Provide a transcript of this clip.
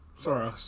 Sorry